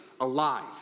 alive